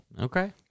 Okay